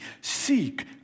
seek